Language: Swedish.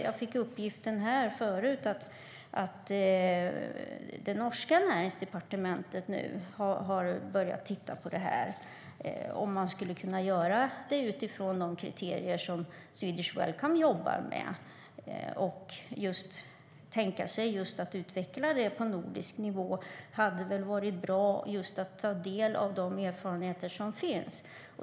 Jag fick förut uppgiften att det norska näringsdepartementet nu har börjat titta på detta, om man skulle kunna göra det utifrån de kriterier som Swedish Welcome jobbar med och tänka sig att utveckla det på nordisk nivå. Det hade väl varit bra att ta del av de erfarenheter som finns.